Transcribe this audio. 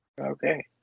Okay